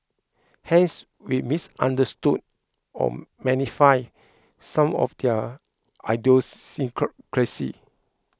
hence we misunderstood or some of their